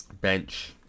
bench